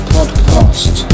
Podcast